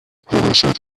حراست